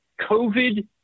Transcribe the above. COVID